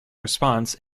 response